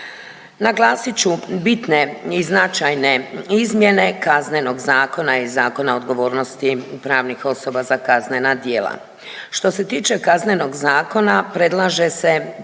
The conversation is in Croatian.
Naglasit ću bitne i značajne izmjene Kaznenog zakona i Zakona o odgovornosti pravnih osoba za kaznena djela. Što se tiče Kaznenog zakona, predlaže se